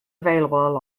available